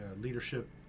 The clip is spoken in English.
leadership